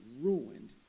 ruined